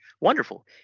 Wonderful